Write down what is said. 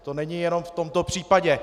To není jenom v tomto případě.